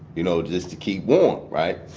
you know, just to keep warm, right.